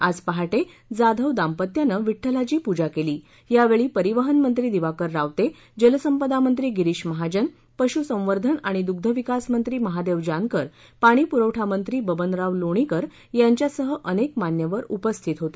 आज पहा जाधव दाम्पत्याने विड्ठलाची पुजा केली यावेळी परिवहन मंत्री दिवाकर रावते जलसंपदा मंत्री गिरीश महाजन पशुसंवर्धन आणि दुधविकास मंत्री महादेव जानकर पाणी पुरवठा मंत्री बबनराव लोणीकर यांच्यासह अनेक मान्यवर उपस्थित होते